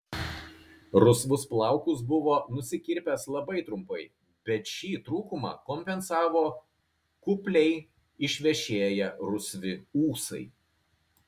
rusvus plaukus buvo nusikirpęs labai trumpai bet šį trūkumą kompensavo kupliai išvešėję rusvi ūsai